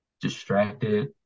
distracted